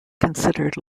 considered